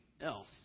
else